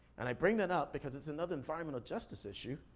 and i bring that up because it's another environmental justice issue.